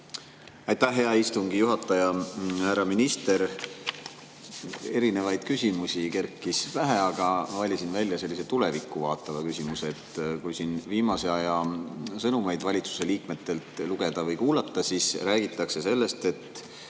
Aitäh, hea istungi juhataja! Härra minister! Erinevaid küsimusi kerkis pähe, aga valisin välja sellise tulevikku vaatava küsimuse. Kui siin viimase aja sõnumeid valitsuse liikmetelt lugeda või kuulata, siis räägitakse sellest, et